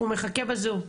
הוא מחכה ב־zoom,